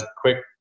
quick